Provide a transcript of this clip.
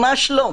ממש לא.